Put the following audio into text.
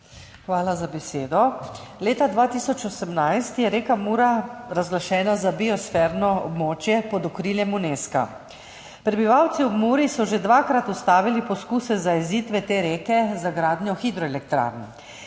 Hvala za besedo. Leta 2018 je bila reka Mura razglašena za biosferno območje pod okriljem Unesca. Prebivalci ob Muri so že dvakrat ustavili poskuse zajezitve te reke za gradnjo hidroelektrarn.